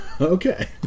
Okay